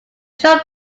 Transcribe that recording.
showed